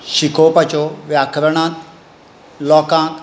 शिकोवपाच्यो व्याकरणांत लोकांक